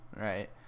right